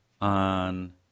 on